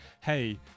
hey